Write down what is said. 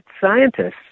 scientists